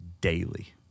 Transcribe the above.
daily